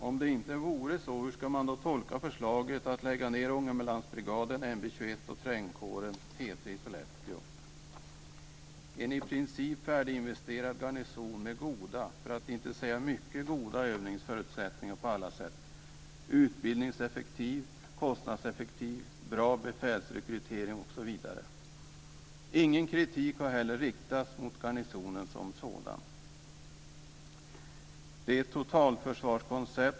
Om det inte vore så, hur ska man då tolka förslaget att lägga ned Ångermanlandsbrigaden NB 21 och trängkåren T 3 i Sollefteå? Det är en i princip färdiginvesterad garnison med goda - för att inte säga mycket goda - övningsförutsättningar på alla sätt. Den är utbildningseffektiv, kostnadseffektiv och den har en bra befälsrekrytering. Ingen kritik har heller riktats mot garnisonen som sådan.